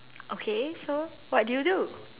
okay so what do you do